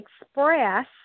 express